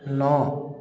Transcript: ন